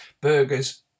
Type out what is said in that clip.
burgers